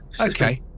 Okay